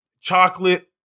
chocolate